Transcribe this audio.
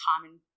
common